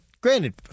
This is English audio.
Granted